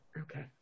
Okay